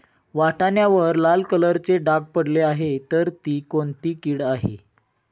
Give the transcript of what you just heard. वाटाण्यावर लाल कलरचे डाग पडले आहे तर ती कोणती कीड आहे?